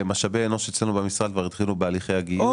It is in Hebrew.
משאבי אנוש אצלנו במשרד כבר התחילו בהליכי הגיוס.